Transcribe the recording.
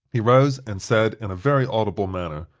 he rose, and said, in a very audible manner,